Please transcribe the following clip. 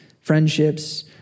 friendships